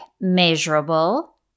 measurable